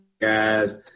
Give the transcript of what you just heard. guys